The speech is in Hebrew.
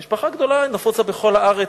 משפחה גדולה, נפוצה בכל הארץ,